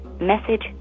Message